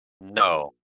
No